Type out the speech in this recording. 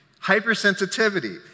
Hypersensitivity